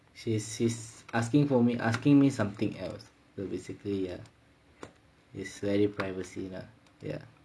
she's she's asking for me asking me something else so basically ah is very privacy lah ya